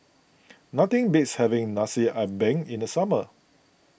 nothing beats having Nasi Ambeng in the summer